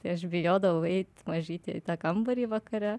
tai aš bijodavau eit mažytė į tą kambarį vakare